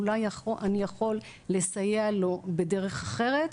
אולי אני יכול לסייע לו בדרך אחרת,